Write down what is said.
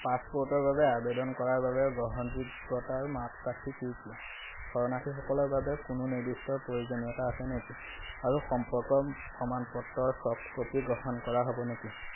পাছপ'ৰ্টৰ বাবে আবেদন কৰাৰ বাবে গ্ৰহণযোগ্যতাৰ মাপকাঠি কি কি শৰণাৰ্থীসকলৰ বাবে কোনো নিৰ্দিষ্ট প্ৰয়োজনীয়তা আছে নেকি আৰু সম্পৰ্কৰ প্ৰমাণপত্ৰৰ চফ্টক'পি গ্ৰহণ কৰা হ'ব নেকি